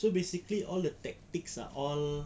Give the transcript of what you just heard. so basically all the tactics are all